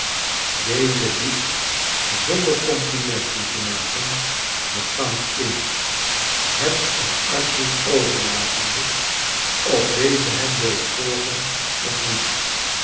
deze hep zonder complimenten te maken de gang in het aan arthur ovcrlatende of deze hem wilde volgen of niet